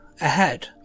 ahead